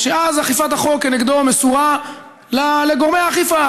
שאז אכיפת החוק כנגדו מסורה לגורמי האכיפה,